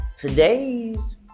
Today's